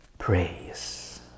Praise